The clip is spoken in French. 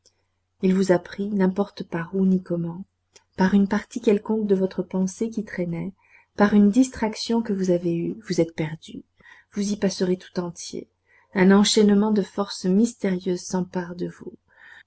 il vous a pris n'importe par où ni comment par une partie quelconque de votre pensée qui traînait par une distraction que vous avez eue vous êtes perdu vous y passerez tout entier un enchaînement de forces mystérieuses s'empare de vous